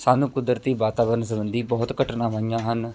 ਸਾਨੂੰ ਕੁਦਰਤੀ ਵਾਤਾਵਰਨ ਸੰਬੰਧੀ ਬਹੁਤ ਘਟਨਾ ਹੋਈਆਂ ਹਨ